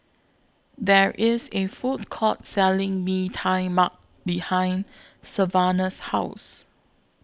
There IS A Food Court Selling Mee Tai Mak behind Savanah's House